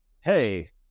hey